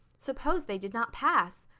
suppose they did not pass!